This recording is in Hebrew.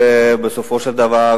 בסופו של דבר,